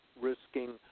risking